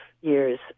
years